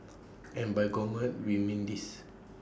and by gourmet we mean this